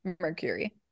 Mercury